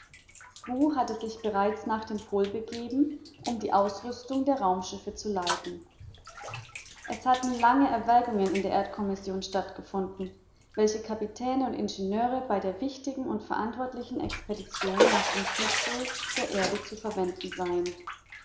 fru hatte sich bereits nach dem pol begeben um die ausrüstung der raumschiffe zu leiten es hatten lange erwägungen in der erdkommission stattgefunden welche kapitäne und ingenieure bei der wichtigen und verantwortlichen expedition nach dem südpol der erde zu verwenden seien